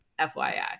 FYI